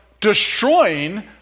destroying